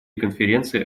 конференции